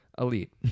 Elite